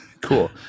cool